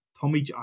Tommy